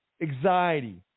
anxiety